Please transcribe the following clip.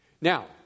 Now